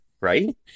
right